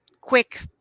quick